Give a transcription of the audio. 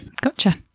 gotcha